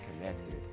connected